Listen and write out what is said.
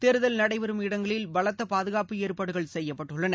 தேர்தல் நடைபெறும் இடங்களில் பலத்த பாதுகாப்பு ஏற்பாடுகள் செய்யப்பட்டுள்ளன